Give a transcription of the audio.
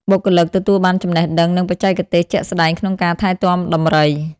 បុគ្គលិកទទួលបានចំណេះដឹង និងបច្ចេកទេសជាក់ស្តែងក្នុងការថែទាំដំរី។